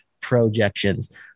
projections